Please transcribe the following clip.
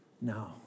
No